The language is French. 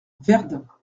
verdun